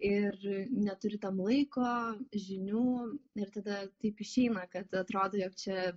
ir neturi tam laiko žinių ir tada taip išeina kad atrodo jog čia